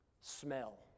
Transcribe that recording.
smell